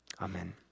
Amen